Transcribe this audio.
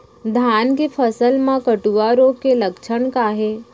धान के फसल मा कटुआ रोग के लक्षण का हे?